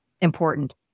important